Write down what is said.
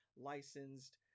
licensed